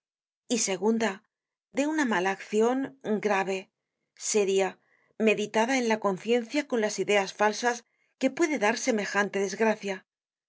y segunda de una mala accion grave séria meditada en la conciencia con las ideas falsas que puede dar semejante desgracia